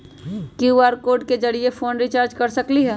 QR code के जरिय phone recharge कर सकली ह?